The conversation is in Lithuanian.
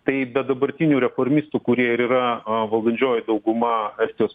tai be dabartinių reformistų kurie ir yra valdančioji dauguma estijos